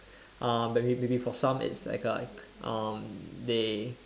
um maybe maybe for some it's like um they